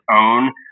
own